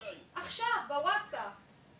יש לכם צפי מתי בערך הם יקבלו עדכון?